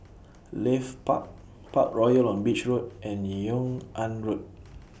Leith Park Parkroyal on Beach Road and Yung An Road